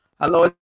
Hello